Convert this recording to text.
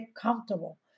comfortable